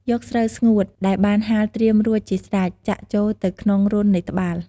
យកស្រូវស្ងួតដែលបានហាលត្រៀមរួចជាស្រេច ចាក់ចូលទៅក្នុងរន្ធនៃត្បាល់។